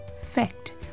Fact